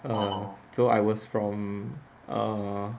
oh so I was from ah